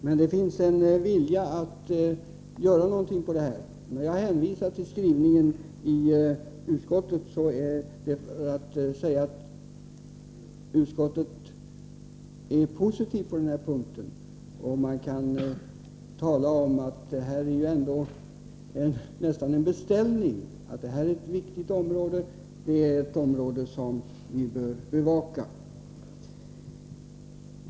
Men det finns en vilja att göra någonting på det här området, och när jag hänvisar till skrivningen i betänkandet är det för att säga att utskottet är positivt på den här punkten. Här föreligger ändå nästan en beställning, när vi säger att detta är ett viktigt område som vi bör bevaka.